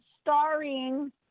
starring